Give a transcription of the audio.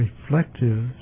reflective